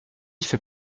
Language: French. fait